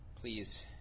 Please